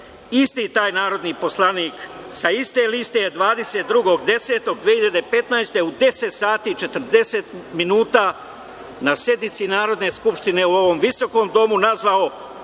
isti taj narodni poslanik sa iste liste je 22.10.2015. godine u 10 sati i 40 minuta na sednici Narodne skupštine u ovom visokom domu nazvao